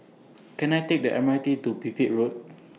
Can I Take The M R T to Pipit Road